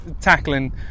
tackling